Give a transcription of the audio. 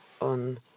on